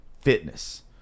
Fitness